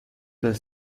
dal